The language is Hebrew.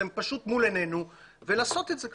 זה פשוט מול עינינו ולעשות את זה כבר.